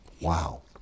Wow